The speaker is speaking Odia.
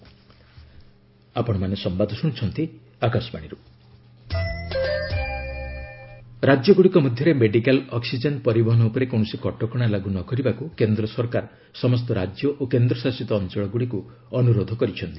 ସେଣ୍ଟର ଷ୍ଟେଟ୍ ରାଜ୍ୟଗୁଡ଼ିକ ମଧ୍ୟରେ ମେଡିକାଲ୍ ଅକ୍କିଜେନ୍ ପରିବହନ ଉପରେ କୌଣସି କଟକଣା ଲାଗୁ ନ କରିବାକୁ କେନ୍ଦ୍ର ସରକାର ସମସ୍ତ ରାଜ୍ୟ ଓ କେନ୍ଦ୍ରଶାସିତ ଅଞ୍ଚଳଗୁଡ଼ିକୁ ଅନୁରୋଧ କରିଛନ୍ତି